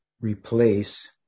replace